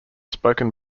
spoken